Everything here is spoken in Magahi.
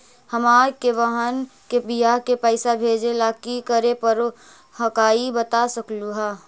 हमार के बह्र के बियाह के पैसा भेजे ला की करे परो हकाई बता सकलुहा?